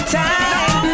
time